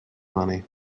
money